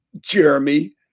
Jeremy